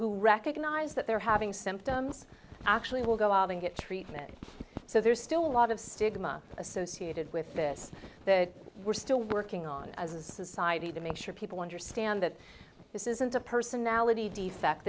who recognize that they're having symptoms actually will go out and get treatment so there's still a lot of stigma associated with this that we're still working on as a society to make sure people understand that this isn't a personality defect